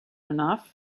enough